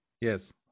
yes